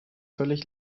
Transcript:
völlig